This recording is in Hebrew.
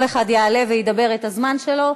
כל אחד יעלה וידבר את הזמן שלו,